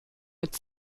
mit